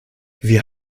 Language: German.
wir